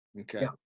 Okay